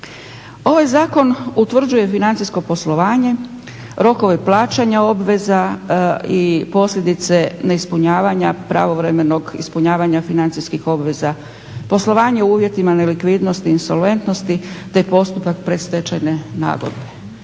Ovaj zakon utvrđuje financijsko poslovanje, rokove plaćanja obveza i posljedice neispunjavanja pravovremenog ispunjavanja financijskih obveza, poslovanje u uvjetima nelikvidnosti i insolventnosti te postupak predstečajne nagodbe.